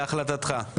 להחלטתך.